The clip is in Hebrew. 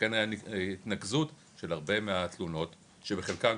לכן הייתה התנקזות של הרבה מהתלונות שבחלקן,